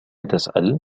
تسأل